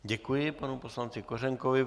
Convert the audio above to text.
Děkuji panu poslanci Kořenkovi.